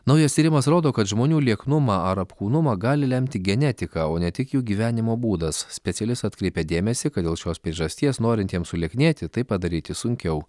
naujas tyrimas rodo kad žmonių lieknumą ar apkūnumą gali lemti genetika o ne tik jų gyvenimo būdas specialistai atkreipė dėmesį kad dėl šios priežasties norintiems sulieknėti tai padaryti sunkiau